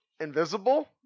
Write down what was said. invisible